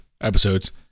episodes